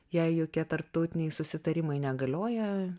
jai jokie tarptautiniai susitarimai negalioja